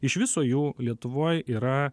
iš viso jų lietuvoj yra